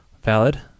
valid